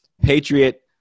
Patriot